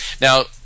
now